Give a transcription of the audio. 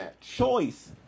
choice